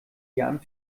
jan